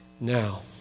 Now